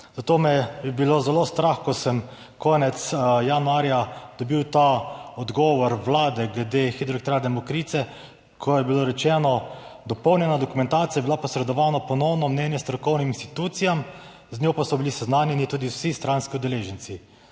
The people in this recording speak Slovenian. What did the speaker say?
Zato me je bilo zelo strah, ko sem konec januarja dobil ta odgovor Vlade glede Hidroelektrarne Mokrice, ko je bilo rečeno, dopolnjena dokumentacija je bila posredovana v ponovno mnenje strokovnim institucijam, z njo pa so bili seznanjeni tudi vsi stranski udeleženci.